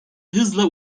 hızla